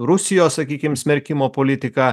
rusijos sakykim smerkimo politika